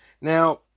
Now